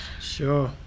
sure